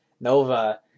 Nova